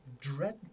dread